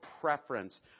preference